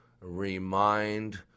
remind